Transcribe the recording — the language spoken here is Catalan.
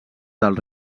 del